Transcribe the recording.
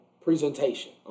presentation